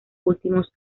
últimos